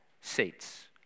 seats